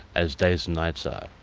as days and nights are,